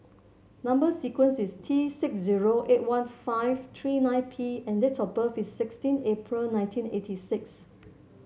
number sequence is T six zero eight one five three nine P and date of birth is sixteen April nineteen eighty six